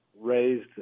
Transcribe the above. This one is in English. raised